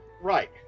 Right